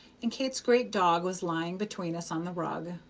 and kate's great dog was lying between us on the rug.